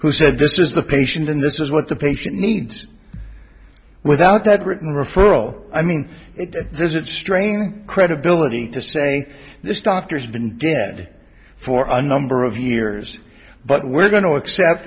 who said this is the patient and this is what the patient needs without that written referral i mean it doesn't strain credibility to say this doctor has been good for a number of years but we're going to accept